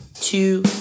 two